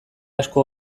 asko